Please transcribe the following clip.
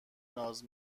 ناز